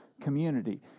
community